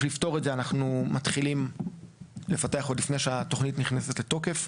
בשביל לפתור את זה אנחנו מתחילים לפתח עוד לפני שהתוכנית נכנסת לתוקף.